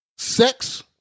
Sex